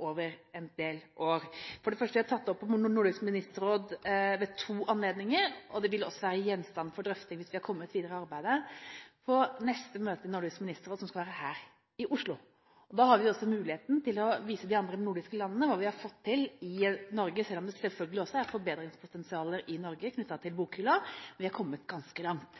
over en del år. For det første har jeg tatt det opp i Nordisk Ministerråd ved to anledninger, og det vil også, hvis vi har kommet videre i arbeidet, være gjenstand for drøfting på neste møte i Nordisk Ministerråd, som skal være her i Oslo. Da har vi også muligheten til å vise de andre nordiske landene hva vi har fått til i Norge, selv om det selvfølgelig også er et forbedringspotensial i Norge knyttet til Bokhylla. Men vi har kommet ganske langt,